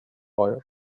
lawyer